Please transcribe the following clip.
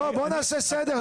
לא, בוא נעשה סדר.